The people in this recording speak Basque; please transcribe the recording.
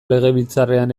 legebiltzarrean